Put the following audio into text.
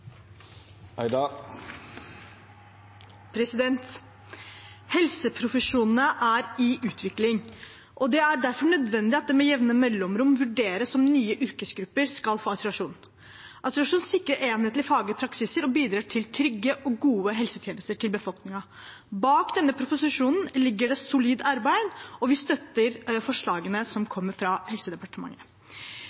Helseprofesjonene er i utvikling, og det er derfor nødvendig at det med jevne mellomrom vurderes om nye yrkesgrupper skal få autorisasjon. Autorisasjon sikrer enhetlig faglig praksis og bidrar til trygge og gode helsetjenester til befolkningen. Bak denne proposisjonen ligger det et solid arbeid, og vi støtter forslagene som